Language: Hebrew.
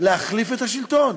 להחליף את השלטון.